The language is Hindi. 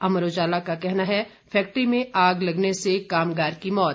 अमर उजाला का कहना है फैक्ट्री में आग लगने से कामगार की मौत